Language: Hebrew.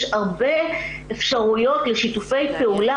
יש הרבה אפשרויות לשיתופי פעולה,